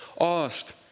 asked